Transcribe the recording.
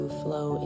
flow